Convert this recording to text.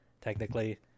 technically